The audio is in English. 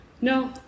No